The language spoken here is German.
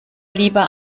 lieber